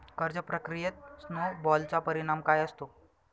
कर्ज प्रक्रियेत स्नो बॉलचा परिणाम काय असतो?